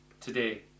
today